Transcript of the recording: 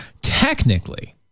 Technically